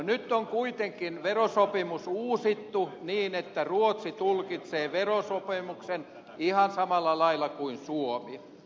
nyt on kuitenkin verosopimus uusittu niin että ruotsi tulkitsee verosopimuksen ihan samalla lailla kuin suomi